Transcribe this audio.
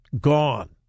gone